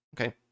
okay